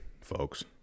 folks